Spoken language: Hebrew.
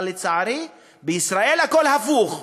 אבל, לצערי, בישראל הכול הפוך: